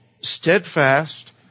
steadfast